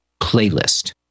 playlist